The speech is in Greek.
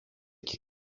και